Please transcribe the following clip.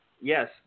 Yes